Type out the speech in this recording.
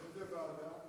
לאיזו ועדה?